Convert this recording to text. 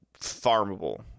farmable